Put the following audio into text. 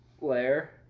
layer